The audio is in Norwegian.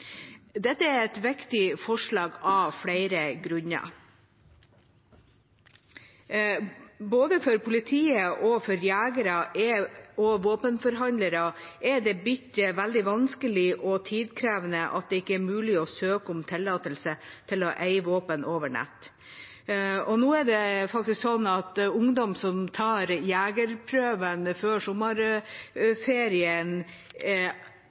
Dette er et viktig forslag av flere grunner. Både for politiet og for jegere og våpenforhandlere er det veldig vanskelig og tidkrevende at det ikke er mulig å søke om tillatelse til å eie våpen over nett. Nå er det faktisk sånn at ungdom som tar jegerprøven før sommerferien,